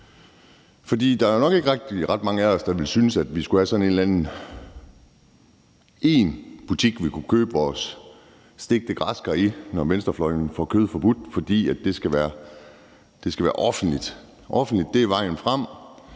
Der er nok ikke ret mange af os, der ville synes, at vi sådan skulle have én butik, som vi kunne købe vores stegte græskar i, når venstrefløjen får gjort kød forbudt, fordi det skal være offentligt. At det er offentligt er vejen frem,